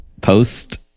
post